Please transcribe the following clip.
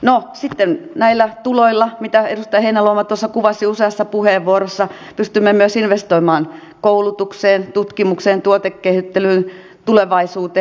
no sitten näillä tuloilla mitä edustaja heinäluoma tuossa kuvasi useassa puheenvuorossa pystymme myös investoimaan koulutukseen tutkimukseen tuotekehittelyyn tulevaisuuteen